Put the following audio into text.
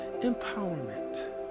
empowerment